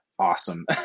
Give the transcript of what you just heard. Awesome